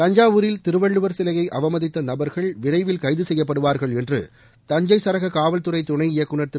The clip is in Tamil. தஞ்சாவூரில் திருவள்ளுவர் சிலையை அவமதித்த நபர்கள் விரைவில் கைது செய்யப்படுவார்கள் என்று தஞ்சை சரக காவல்துறை துணை இயக்குநர் திரு